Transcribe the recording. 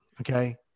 Okay